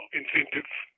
incentives